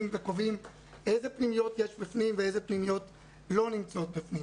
וקובעים אילו פנימיות בפנים ואילו פנימיות לא בפנים.